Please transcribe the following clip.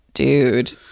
dude